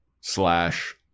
slash